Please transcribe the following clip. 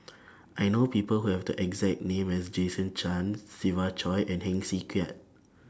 I know People Who Have The exact name as Jason Chan Siva Choy and Heng Swee Keat